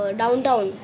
downtown